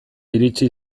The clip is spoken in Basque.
iritsi